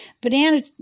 banana